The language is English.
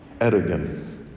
arrogance